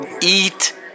eat